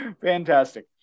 Fantastic